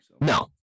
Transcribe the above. No